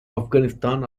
afghanistan